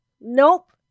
Nope